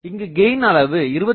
இங்குக் கெயின் அளவு 22